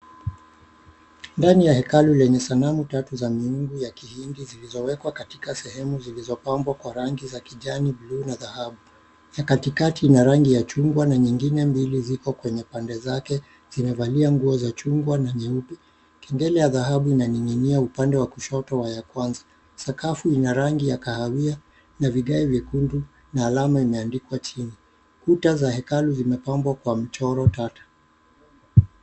Ndani ya hekalu lenye sanamu tatu za miungu ya kihindi zilizowekwa katika sehemu zilizopambwa kwa rangi za kijani, buluu na dhahabu. Ya katikati ina rangi ya chunga na nyingine mbili ziko kwenye pande zake zimevalia nguo za chungwa na nyeupe. Kengele ya dhahabu inaning'inia upande wa kushoto wa ya kwanza. Sakafu ina rangi ya kahawia na vigae vyekundu na alama imeandikwa chini. Kuta za hekalu zimepambwa kwa mchoro tatu.